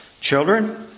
Children